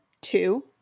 two